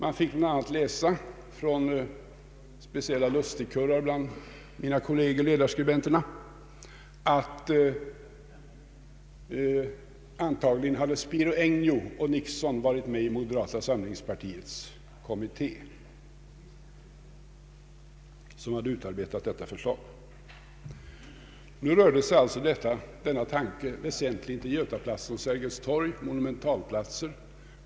Man fick bl.a. läsa från speciella lustigkurrar bland mina kolleger ledarskribenterna att antagligen hade Spiro Agnew och Nixon varit med i moderata samlingspartiets kommitté som utarbetat detta förslag. Nu rörde sig denna tanke väsentligen om Götaplatsen, Sergels torg och en del andra monumentalplatser.